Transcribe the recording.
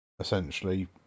essentially